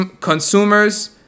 consumers